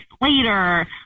later